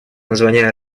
название